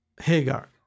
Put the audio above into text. Hagar